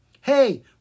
Hey